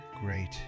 Great